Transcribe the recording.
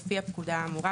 לפי הפקודה האמורה,